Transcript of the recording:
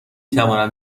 توانم